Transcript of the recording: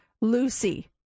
Lucy